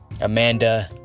Amanda